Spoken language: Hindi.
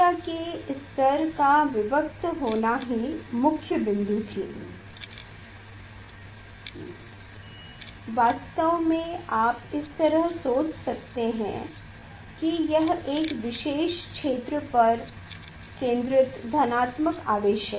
ऊर्जा के स्तर का विविक्त होना ही मुख्य बिन्दु थी वास्तव में आप इस तरह सोच सकते हैं कि यह एक विशेष क्षेत्र पर केंद्रित धनात्मक आवेश है